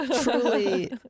truly